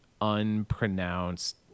unpronounced